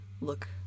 look